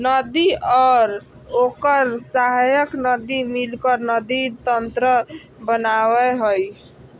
नदी और ओकर सहायक नदी मिलकर नदी तंत्र बनावय हइ